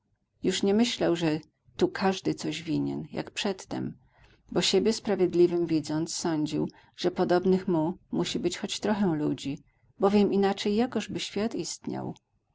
już nie myślał że tu każdy coś winien jak przedtem bo siebie sprawiedliwym widząc sądził że podobnych mu musi być choć trochę ludzi bowiem inaczej jakożby świat istniał